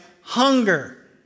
hunger